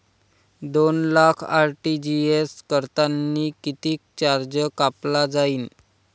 दोन लाख आर.टी.जी.एस करतांनी कितीक चार्ज कापला जाईन?